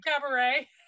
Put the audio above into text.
Cabaret